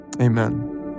amen